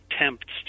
attempts